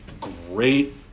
great